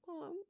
mom